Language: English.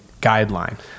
guideline